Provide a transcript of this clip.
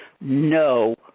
no